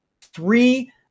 three